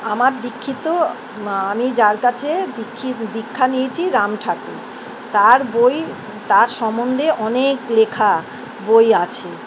আমার দীক্ষিত আমি যার কাছে দীক্ষা নিয়েছি রাম ঠাকুর তার বই তার সম্বন্ধে অনেক লেখা বই আছে